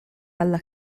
alla